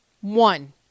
One